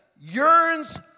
yearns